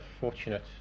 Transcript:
fortunate